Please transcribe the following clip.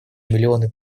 миллионы